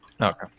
Okay